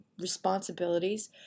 responsibilities